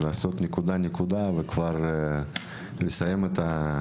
צריך לעבור נקודה-נקודה, ולסיים את זה.